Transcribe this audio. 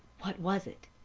what was it?